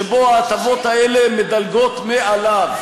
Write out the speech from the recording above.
שבו ההטבות האלה מדלגות מעליו,